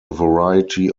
variety